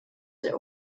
der